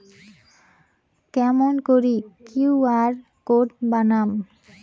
কেমন করি Q R code বানাম?